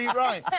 right.